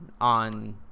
on